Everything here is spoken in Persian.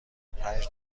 پنج